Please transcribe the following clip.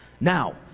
Now